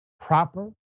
proper